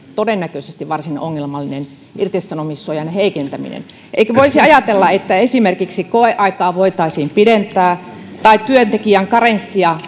todennäköisesti varsin ongelmallinen irtisanomissuojan heikentäminen eikö voisi ajatella että esimerkiksi koeaikaa voitaisiin pidentää tai työntekijän karenssia